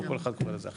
כל אחד קורא לזה אחרת.